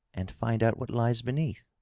and find out what lies beneath,